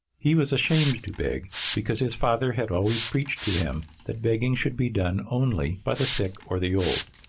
he was ashamed to beg, because his father had always preached to him that begging should be done only by the sick or the old.